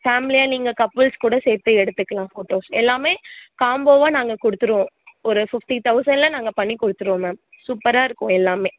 ஃபேமிலியாக நீங்கள் கப்புள்ஸ் கூட சேர்த்து எடுத்துக்கலாம் ஃபோட்டோஸ் எல்லாமே காம்போவாக நாங்கள் கொடுத்துருவோம் ஒரு ஃபிஃப்ட்டி தௌசண்ட்டில் நாங்கள் பண்ணி கொடுத்துருவோம் மேம் சூப்பராக இருக்கும் எல்லாமே